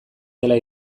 dela